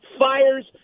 Fires